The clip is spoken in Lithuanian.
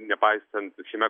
nepaisant šiame